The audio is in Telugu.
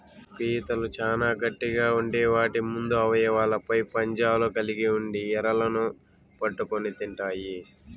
పీతలు చానా గట్టిగ ఉండి వాటి ముందు అవయవాలపై పంజాలు కలిగి ఉండి ఎరలను పట్టుకొని తింటాయి